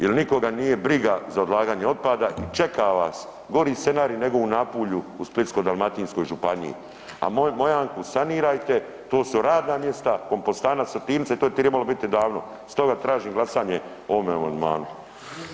Jel nikoga nije briga za odlaganje otpada i čeka vas gori scenarij nego u Napulju u Splitsko-dalmatinskoj županiji, a moju Mojanku sanirajte, to su radna mjesta kompostana …/nerazumljivo/… to je tribalo biti davno, stoga tražim glasanje o ovome amandmanu.